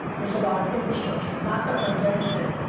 there's a lot of infrastructure. not that i'm against it.